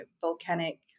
volcanic